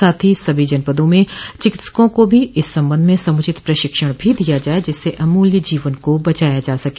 साथ ही सभी जनपदों में चिकित्सकों को भी इस सम्बन्ध में समुचित प्रशिक्षण भी दिया जाये जिससे अमूल्य जीवन को बचाया जा सके